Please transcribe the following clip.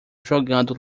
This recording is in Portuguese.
jogando